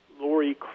Lori